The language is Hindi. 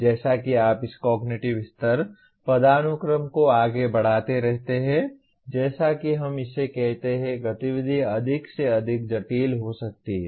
जैसा कि आप इस कॉग्निटिव स्तर पदानुक्रम को आगे बढ़ाते रहते हैं जैसा कि हम इसे कहते हैं गतिविधि अधिक से अधिक जटिल हो सकती है